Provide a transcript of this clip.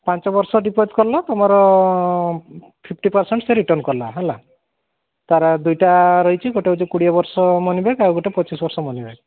ପାଞ୍ଚ ବର୍ଷ ଡିପୋଜିଟ୍ କଲ ତମର ଫିଫ୍ଟି ପରସେଣ୍ଟ୍ ସେ ରିଟର୍ଣ୍ଣ କଲା ହେଲା ତାର ଦୁଇଟା ରହିଛି ଗୋଟିଏ ହେଉଛି କୋଡ଼ିଏ ବର୍ଷ ମନି ବ୍ୟାକ୍ ଆଉ ଗୋଟିଏ ପଚିଶ ବର୍ଷ ମନି ବ୍ୟାକ୍